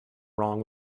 wrong